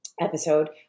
episode